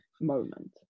moment